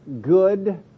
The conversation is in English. good